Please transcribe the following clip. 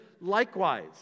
likewise